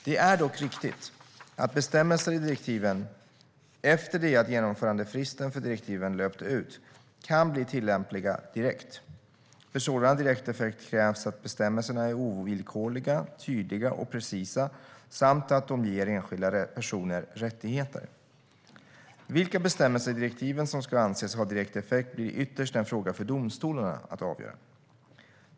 Det är dock riktigt att bestämmelser i direktiven, efter det att genomförandefristen för direktiven löpt ut, kan bli tillämpliga direkt. För sådan direkt effekt krävs att bestämmelserna är ovillkorliga, tydliga och precisa samt att de ger enskilda personer rättigheter. Vilka bestämmelser i direktiven som ska anses ha direkt effekt blir ytterst en fråga för domstolarna att avgöra.